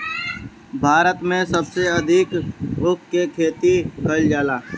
भारत में सबसे अधिका ऊख के खेती कईल जाला